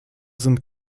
sind